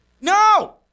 No